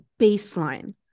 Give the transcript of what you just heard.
baseline